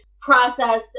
process